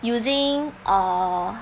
using err